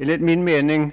Enligt min mening